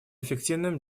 эффективным